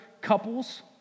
couples